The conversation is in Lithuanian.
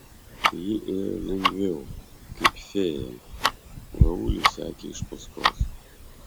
ji ėjo lengviau kaip fėja raulis sekė iš paskos